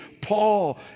Paul